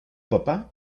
papá